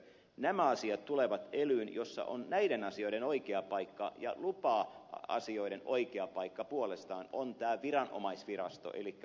nämä asiat tulevat elyyn jossa on näiden asioiden oikea paikka ja lupa asioiden oikea paikka puolestaan on tämä viranomaisvirasto elikkä avi